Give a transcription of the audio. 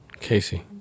Casey